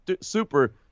super